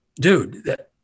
Dude